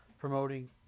promoting